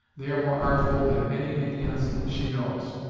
they are more artful than any indians she knows.